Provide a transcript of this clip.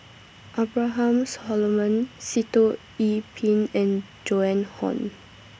Abraham Solomon Sitoh Yih Pin and Joan Hon